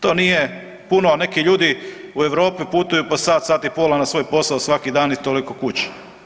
To nije puno, neki ljudi u Europi putuju po sat, sat i pol na svoj posao svaki dan i toliko kući.